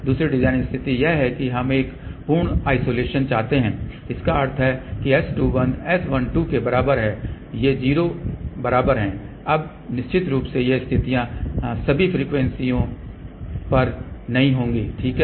दूसरी डिज़ाइन स्थिति यह है कि हम एक पूर्ण आइसोलेशन चाहते हैं जिसका अर्थ है S21 S12 के बराबर है ये 0 बराबर है अब निश्चित रूप से ये स्थितियाँ सभी फ्रीक्वेंसी यों पर नहीं होंगी ठीक है